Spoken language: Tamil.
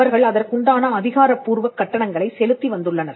அவர்கள் அதற்குண்டான அதிகாரப்பூர்வக் கட்டணங்களை செலுத்தி வந்துள்ளனர்